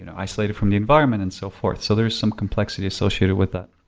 you know isolate it from the environment and so forth. so there is some complexities associated with that.